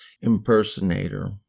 impersonator